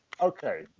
Okay